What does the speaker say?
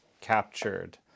captured